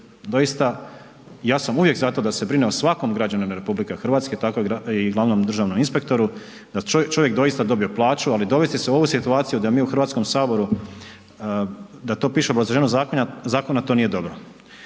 ja sam uvijek za to da se brine o svakom građaninu RH, tako i glavnom državnom inspektoru, da čovjek doista dobije plaću, ali dovesti se u ovu situaciju da mi u HS-u da to piše .../Govornik se ne razumije./... zakona, to nije dobro.